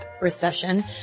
recession